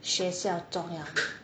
学校重要